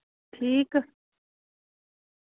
ठीक